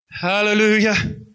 Hallelujah